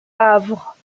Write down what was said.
havre